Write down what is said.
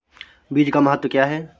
बीज का महत्व क्या है?